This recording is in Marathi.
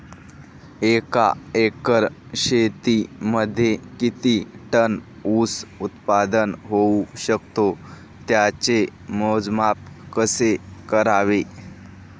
एका एकर शेतीमध्ये किती टन ऊस उत्पादन होऊ शकतो? त्याचे मोजमाप कसे करावे?